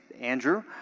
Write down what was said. Andrew